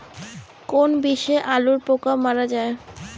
কোন বিষে আলুর পোকা মারা যায়?